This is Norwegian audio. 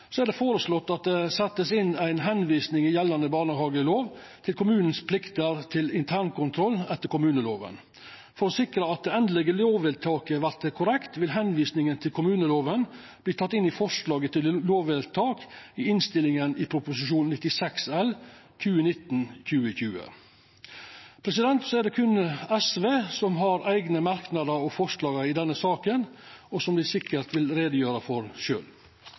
er det føreslått å setja inn ei tilvising i gjeldande barnehagelov til kommunens internkontrollplikt etter kommuneloven. For å sikra at det endelege lovvedtaket vert korrekt, vil tilvisinga til kommuneloven verta teken inn i forslaget til lovvedtak i innstillinga til Prop. 96 L for 2019–2020. Det er berre SV som har eigne merknader og forslag i denne saka, som dei sikkert vil gjera greie for